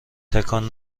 تکان